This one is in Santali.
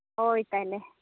ᱦᱳᱭ ᱛᱟᱦᱚᱞᱮ